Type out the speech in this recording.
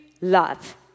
love